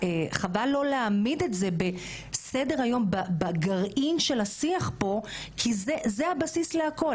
וחבל לא להעמיד את זה בסדר היום בגרעין של השיח פה כי זה הבסיס להכול.